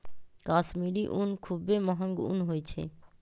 कश्मीरी ऊन खुब्बे महग ऊन होइ छइ